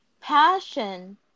Passion